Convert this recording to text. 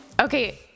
Okay